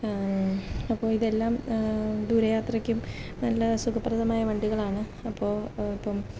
അപ്പോൾ ഇതെല്ലാം ദൂരെ യാത്രയ്ക്കും നല്ല സുഖപ്രദമായ വണ്ടികളാണ് അപ്പോൾ ഇപ്പം